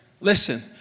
Listen